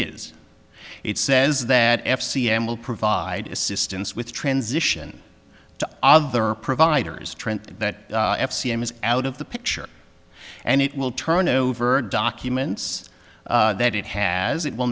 is it says that f c m will provide assistance with transition to other providers trent that is out of the picture and it will turn over documents that it has it will